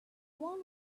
one